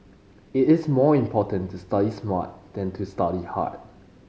it is more important to study smart than to study hard